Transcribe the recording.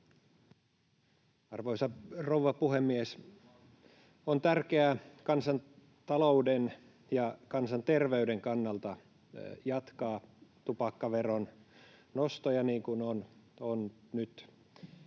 Arvoisa rouva puhemies! On tärkeää kansantalouden ja kansanterveyden kannalta jatkaa tupakkaveron nostoja niin kuin on nyt